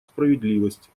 справедливость